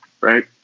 right